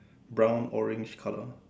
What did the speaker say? brown orange colour